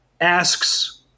asks